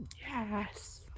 yes